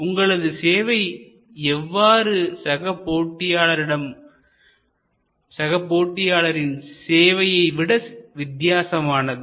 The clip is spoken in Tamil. உங்களது சேவை எவ்வாறு சக போட்டியாளர்களின் சேவையை விட வித்தியாசமானது